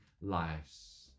lives